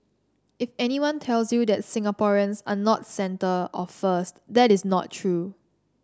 if anyone tells you that Singaporeans are not centre or first that is not true